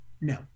No